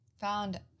Found